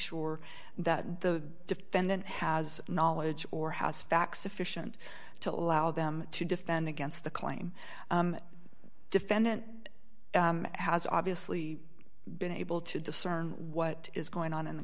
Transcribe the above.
sure that the defendant has knowledge or house facts sufficient to allow them to defend against the claim defendant has obviously been able to discern what is going on in the